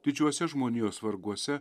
didžiuosiuos žmonijos varguose